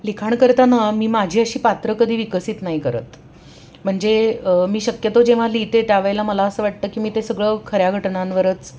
लिखाण करताना मी माझी अशी पात्रं कधी विकसित नाही करत म्हणजे मी शक्यतो जेव्हा लिहिते त्या वेळेला मला असं वाटतं की मी ते सगळं खऱ्या घटनांवरच